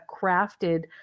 crafted